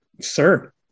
sir